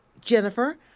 Jennifer